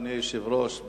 אדוני היושב-ראש,